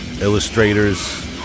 illustrators